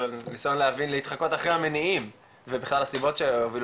להתחקות אחרי המניעים ובכלל הסיבות שהובילו